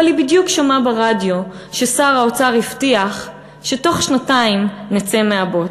אבל היא בדיוק שמעה ברדיו ששר האוצר הבטיח שבתוך שנתיים נצא מהבוץ.